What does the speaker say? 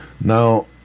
now